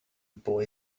boy